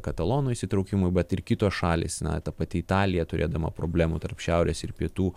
katalonų įsitraukimui bet ir kitos šalys na ta pati italija turėdama problemų tarp šiaurės ir pietų